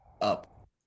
up